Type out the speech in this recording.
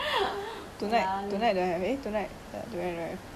must go and win TOTO first